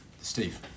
Steve